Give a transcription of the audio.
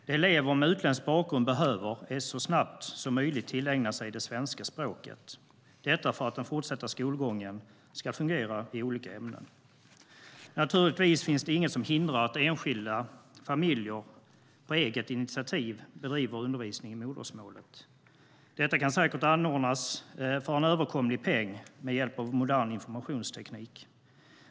Det elever med utländsk bakgrund behöver är att så snabbt som möjligt tillägna sig det svenska språket, detta för att den fortsatta skolgången ska fungera i olika ämnen. Naturligtvis finns det inget som hindrar att enskilda familjer på eget initiativ bedriver undervisning i modersmålet. Detta kan säkert anordnas för en överkomlig peng med hjälp av modern informationsteknik.